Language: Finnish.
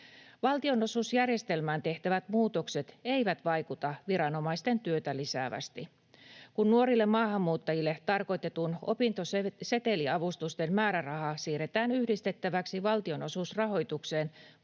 Valtionosuusjärjestelmään tehtävät muutokset eivät vaikuta viranomaisten työtä lisäävästi. Kun nuorille maahanmuuttajille tarkoitettujen opintoseteliavustusten määräraha siirretään yhdistettäväksi valtionosuusrahoitukseen,